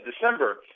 December